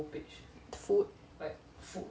food